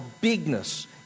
bigness